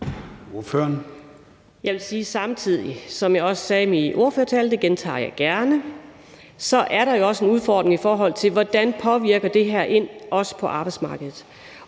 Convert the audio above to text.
samtidig sige, som jeg også sagde i min ordførertale, og det gentager jeg gerne, at der jo også er en udfordring, i forhold til hvordan det her påvirker arbejdsmarkedet.